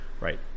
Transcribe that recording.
Right